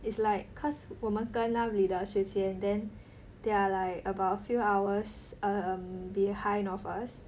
it's like cause 我们跟那里的时间 then they are like about a few hours um behind of us